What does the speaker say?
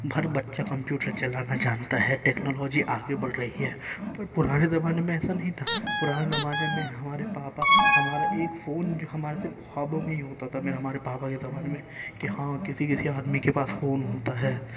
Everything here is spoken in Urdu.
بر بچہ کمپیوٹر چلانا جانتا ہے ٹیکنالوجی آگے بڑھ رہی ہے پر پرانے زمانے میں ایسا نہیں تھا پرانے زمانے میں ہمارے پاپا ہمارا ایک فون جو ہمارے صرف خوابوں میں ہی ہوتا تھا ہمارے پاپا کے زمانے میں کہ ہاں کسی کسی آدمی کے پاس فون ہوتا ہے